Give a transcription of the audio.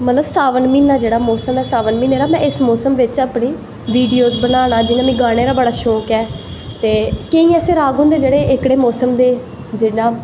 मतलव सावन महीना जेह्ड़ा मौसम ऐ में इस मौसम बिच्च अपनी वीडियो बनाना जियां मिगी गानें दा बड़ा शौंक ऐ केंई ऐसे राग होंदे जेह्ड़े जियां